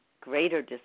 greater